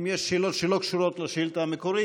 אם יש שאלות שלא קשורות לשאילתה המקורית,